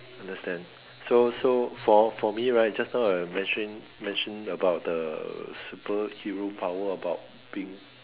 understand so so for for me right just now I mention mention about the super hero power about being